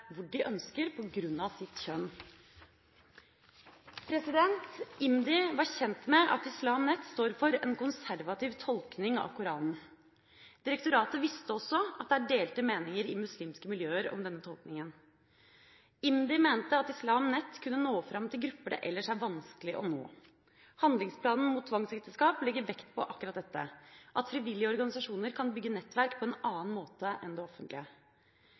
hvor de ønsker på grunn av sitt kjønn. IMDi var kjent med at Islam Net står for en konservativ tolkning av Koranen. Direktoratet visste også at det er delte meninger i muslimske miljøer om denne tolkninga. IMDi mente at Islam Net kunne nå fram til grupper det ellers er vanskelig å nå. Handlingsplanen mot tvangsekteskap legger vekt på akkurat dette, at frivillige organisasjoner kan bygge nettverk på en annen måte enn det offentlige.